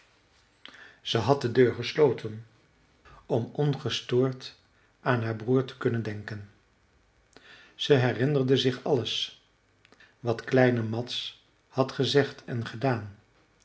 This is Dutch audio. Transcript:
ze had de deur gesloten om ongestoord aan haar broer te kunnen denken ze herinnerde zich alles wat kleine mads had gezegd en gedaan